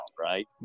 right